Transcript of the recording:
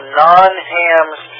non-hams